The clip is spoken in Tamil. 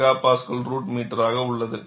75 MPa ரூட் மீட்டராக உள்ளது